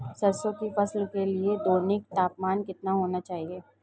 सरसों की फसल के लिए दैनिक तापमान कितना होना चाहिए?